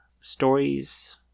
stories